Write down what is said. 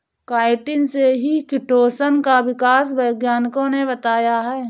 chitin से ही chitosan का विकास वैज्ञानिकों ने बताया है